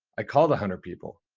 i called a hundred people.